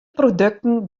produkten